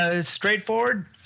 Straightforward